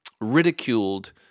ridiculed